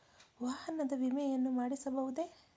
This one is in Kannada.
ವಾಹನದ ವಿಮೆಯನ್ನು ಮಾಡಿಸಬಹುದೇ?